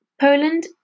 Poland